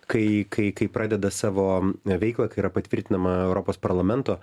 kai kai kai pradeda savo veiklą kai yra patvirtinama europos parlamento